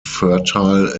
fertile